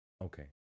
okay